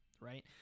right